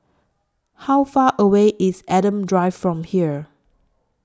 How Far away IS Adam Drive from here